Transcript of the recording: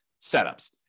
setups